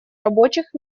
рабочих